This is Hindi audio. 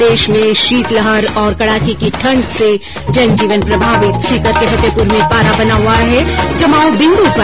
प्रदेश में शीतलहर और कड़ाके की ठंड से जनजीवन प्रभावित सीकर के फतेहरपुर में पारा बना हुआ है जमाव बिन्दु पर